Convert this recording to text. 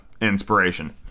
inspiration